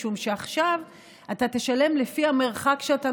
משום שעכשיו אתה תשלם לפי המרחק שאתה